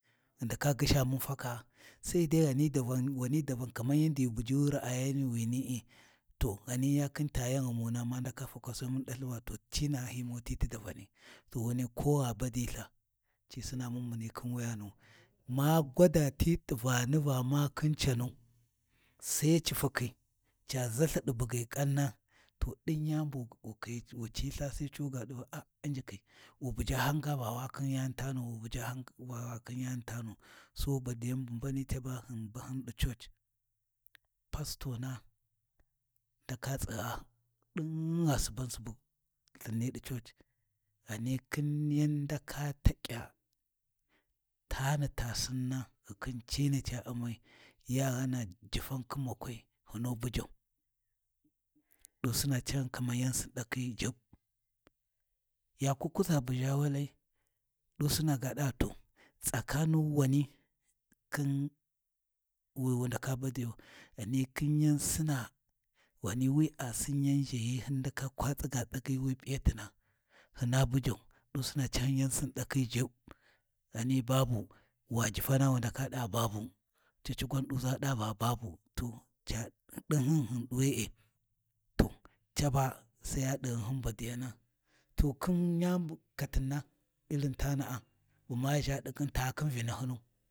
Ghi ndaka gyisha mun fakaa, sai dai ghani wani davan kaman yandi ghi bujiwi raayawini’i to ghani ya khin ta yan ghumuna ma ndaka fakau sai mun ɗalthin Va cina’a hi moti ti davani, to wunai ko gha badiltha ci sina mun muni khin wuyanu. Ma gwada ti t’iVani Va ma khin canu, Sai ci fakhi, ca ʒalthi ɗi bugyi kanna, to ɗin yani bu wu khiyi wu cu ltha Sai cuu ga ɗu Va a U'njikhi wu bujahan ga Va wa khin wuyani tanu wa bujahan wa khin wuyani tanu, so badyan bu mbani caba hin bahin ɗi church, pastona ndaka tsigha ɗingha suban subu lthin ni ɗi church ghani khin yan ndaka taƙya tani ta Sinna ghikhin cini ca Amai ya ghana jifan khin makwai hunu bujau, ɗusina Cahin kaman yan sinɗakhi juɓɓ, yaku kuʒa bu ʒha walai, ɗusina ga ɗa to tsakanu wani khin wi wu ndaka badiyau, ghani khi yan Sina, ghani wi a sin yan ʒhahiyai hin ndaka kwa tsiga tsagyi wi P’iyatina hina bujau ɗusina cahin yan Sinɗakhi Jubb, ghani babu, wa Jifana wu ndaka ɗa babu, cici gwan ɗuza ɗa va babu, to ca ɗinhin hin ɗi we’e to caba sai ya ɗ’ighunhin badiyana, to khin yani bu katinna Irin tana’a bu ma ʒha ɗi ƙin ta khin Vinahyinu.